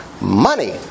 money